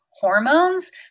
hormones